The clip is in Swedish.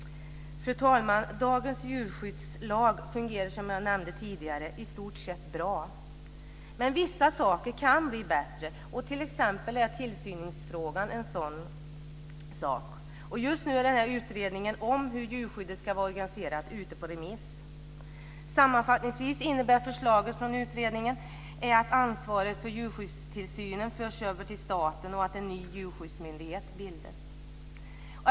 Fru talman! Dagens djurskyddslag fungerar, som jag nämnde tidigare, i stort sett bra. Men vissa saker kan bli bättre. Tillsynsfrågan är t.ex. en sådan. Just nu är utredningen om hur djurskyddet ska vara organiserat ute på remiss. Sammanfattningsvis innebär förslaget från utredningen att ansvaret för djurskyddstillsynen förs över till staten och att en ny djurskyddsmyndighet bildas.